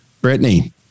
Brittany